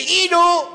כאילו,